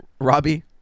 Robbie